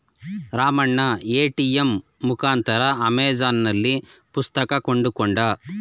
Ramanna ATM ಮುಖಾಂತರ ಅಮೆಜಾನ್ನಲ್ಲಿ ಪುಸ್ತಕ ಕೊಂಡುಕೊಂಡ